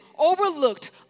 overlooked